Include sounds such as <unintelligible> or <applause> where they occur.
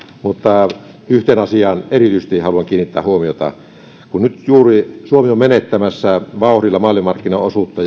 mutta yhteen asiaan erityisesti haluan kiinnittää huomiota kun suomi nyt juuri on menettämässä vauhdilla maailmanmarkkinaosuutta <unintelligible>